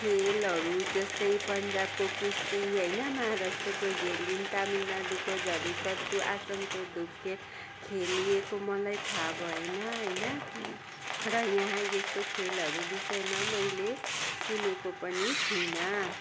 खेलहरू जस्तै पन्जाबको कुस्ती होइन महाराष्ट्रको झेलिम तामिलनाडूको झलिकट्टू आसामको धुप खेल खेलिएको मलाई थाहा भएन होइन र यहाँ यस्तो खेलहरू विषयमा मैले सुनेको पनि छुइनँ